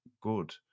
good